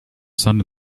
son